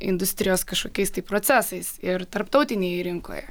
industrijos kažkokiais tai procesais ir tarptautinėje rinkoje